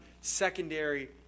secondary